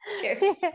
Cheers